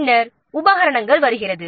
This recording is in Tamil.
பின்னர் உபகரணங்கள் வருகிறது